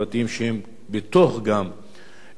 בתוך תוכנית המיתאר,